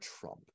Trump